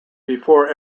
before